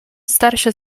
starsze